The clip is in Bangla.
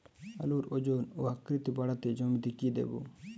আলুর ওজন ও আকৃতি বাড়াতে জমিতে কি দেবো?